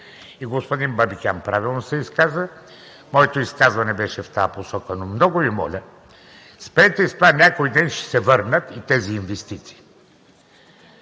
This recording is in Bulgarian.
И господин Бабикян правилно се изказа, и моето изказване беше в тази посока, но много Ви моля, спрете с това: някой ден ще се върнат и тези инвестиции.